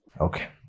Okay